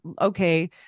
okay